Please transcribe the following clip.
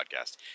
Podcast